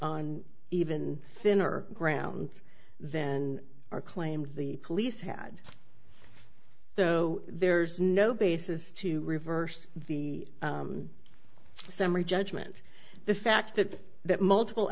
on even thinner ground than are claimed the police had so there's no basis to reverse the summary judgment the fact that that multiple